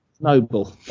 noble